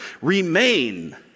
Remain